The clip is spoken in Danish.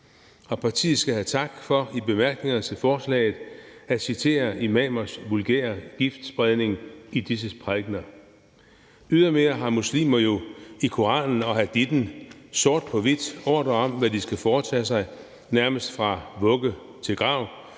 Partiet skal have tak for i bemærkningerne til forslaget at citere imamers vulgære giftspredning i disses prædikener. Yderligere har muslimer jo i Koranen og hadithen sort på hvidt ordre om, hvad de skal foretage sig nærmest fra vugge til grav,